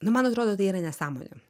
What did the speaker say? nu man atrodo tai yra nesąmonė